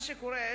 מה שקורה,